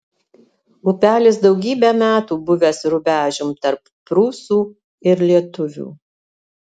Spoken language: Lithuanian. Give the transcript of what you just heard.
upelis daugybę metų buvęs rubežium tarp prūsų ir lietuvių